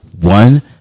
one